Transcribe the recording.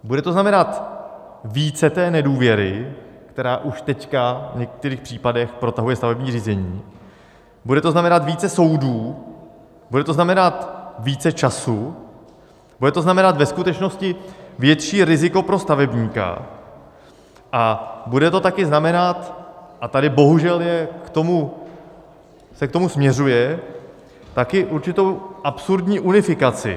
Bude to znamenat více té nedůvěry, která už teď v některých případech protahuje stavební řízení, bude to znamenat více soudů, bude to znamenat více času, bude to znamenat ve skutečnosti větší riziko pro stavebníka a bude to také znamenat, a tady bohužel se k tomu směřuje, také určitou absurdní unifikaci.